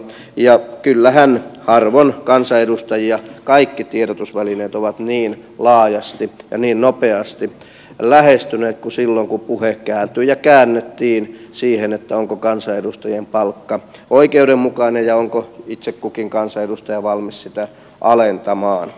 ja harvoin kansanedustajia kaikki tiedotusvälineet ovat niin laajasti ja niin nopeasti lähestyneet kuin silloin kun puhe kääntyi ja käännettiin siihen onko kansanedustajien palkka oikeudenmukainen ja onko itse kukin kansanedustaja valmis sitä alentamaan